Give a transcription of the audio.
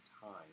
time